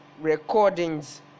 recordings